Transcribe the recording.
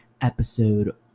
episode